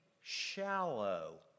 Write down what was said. shallow